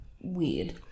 weird